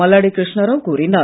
மல்லாடி கிருஷ்ணாராவ் கூறினார்